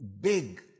big